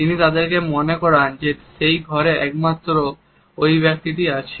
তিনি তাদেরকে মনে করান যে সেই ঘরে একমাত্র ওই একটি ব্যক্তিই আছে